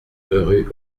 rue